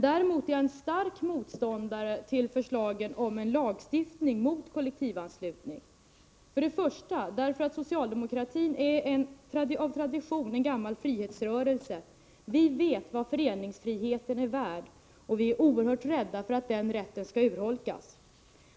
Däremot är jag stark motståndare till förslagen om lagstiftning mot kollektivanslutning. För det första är socialdemokratin av tradition en frihetsrörelse. Vi vet vad föreningsfriheten är värd, och vi är oerhört rädda för att den rätten skall urholkas.